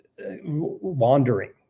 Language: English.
wandering